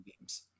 games